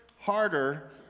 harder